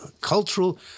cultural